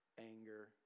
anger